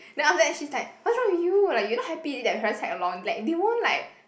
then after that she's like what's wrong with you like you not happy is it that my parents tag along like they won't like